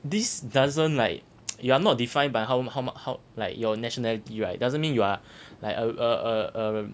this doesn't like you are not defined by how how mu~ how like your nationality right doesn't mean you are like err err err um